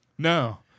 No